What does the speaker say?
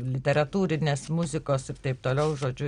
literatūrinės muzikos ir taip toliau žodžiu